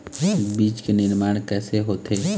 बीज के निर्माण कैसे होथे?